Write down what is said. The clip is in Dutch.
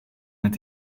met